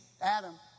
Adam